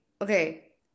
Okay